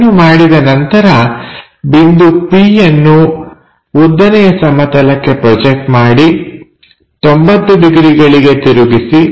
ಇದನ್ನು ಮಾಡಿದ ನಂತರ ಬಿಂದು p ಯನ್ನು ಉದ್ದನೆಯ ಸಮತಲಕ್ಕೆ ಪ್ರೊಜೆಕ್ಟ್ ಮಾಡಿ 90 ಡಿಗ್ರಿಗಳಿಗೆ ತಿರುಗಿಸಿ